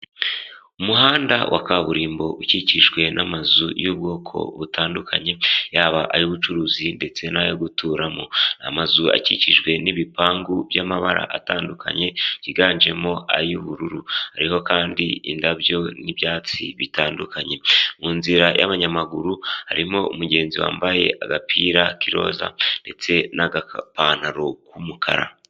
Umuhanda wa kaburimbo ukikijwe n'amazu y'ubwoko butandukanye, yaba ay'ubucuruzi ndetse n'ayo guturamo. Amazu akikijwe n'ibipangu by'amabara atandukanye, byiganjemo ay'ubururu. Ariho kandi indabyo n'ibyatsi bitandukanye. Mu nzira y'abanyamaguru, harimo umugenzi wambaye agapira k'iroza ndetse n'agapantaro k'umukara